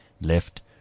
left